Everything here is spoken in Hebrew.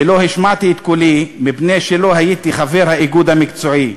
ולא השמעתי את קולי מפני שלא הייתי חבר האיגוד המקצועי,